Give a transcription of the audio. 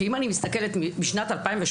כי אם אני מסתכלת משנת 2017